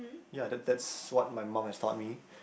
ya that that's what my mum has taught me